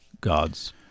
gods